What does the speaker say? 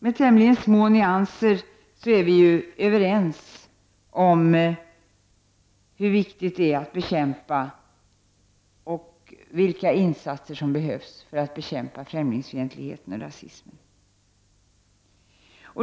Med tämligen små nyanser är vi överens om hur viktigt det är att bekämpa — och med vilka insatser vi skall bekämpa — främlingsfientligheten och rasismen.